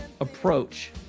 approach